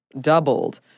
doubled